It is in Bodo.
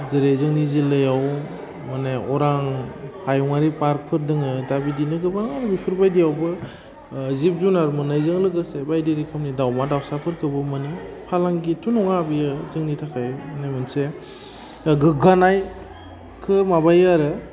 जेरै जोंनि जिल्लायाव माने अरां हायुङारि पार्कफोर दोङो दा बिदिनो गोबां बिफोर बायदियावबो जिब जुनार मोन्नायजों लोगोसे बायदि रोखोमनि दाउमा दाउसाफोरखौबो मोनो फालांगिथ' नङा बियो जोंनि थाखायनो मोनसे गोग्गानायखौ माबायो आरो